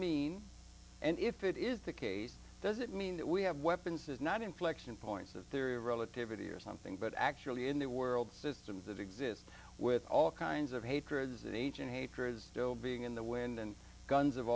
mean and if it is the case does it mean that we have weapons is not inflection points that there are of relativity or something but actually in the world systems that exist with all kinds of hatreds each and hatred still being in the wind and guns of